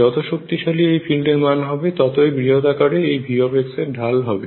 যত শক্তিশালী এই ফিল্ডের মান হবে ততই বৃহৎ আকারে এই V এর ঢাল হবে